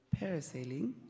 parasailing